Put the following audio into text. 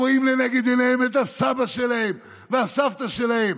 הם רואים לנגד עיניהם את הסבא שלהם ואת הסבתא שלהם,